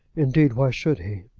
indeed, why should he?